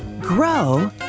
grow